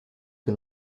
que